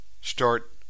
start